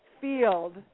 field